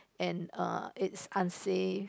and uh it's unsafe